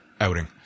outing